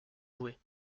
jouets